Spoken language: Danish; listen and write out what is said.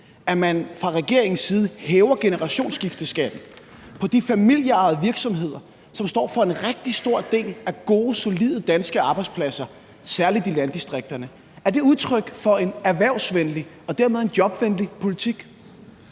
at man fra regeringens side hæver generationsskifteskatten for de familieejede virksomheder, som står for en rigtig stor del af gode, solide danske arbejdspladser, særlig i landdistrikterne? Er det udtryk for en erhvervsvenlig og dermed jobvenlig politik?